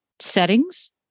settings